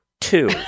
two